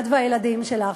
את והילדים שלך.